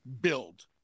build